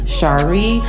Shari